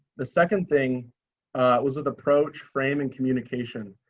the second thing was the approach frame and communication.